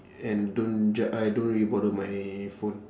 and don't ju~ I don't really bother my phone